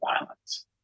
violence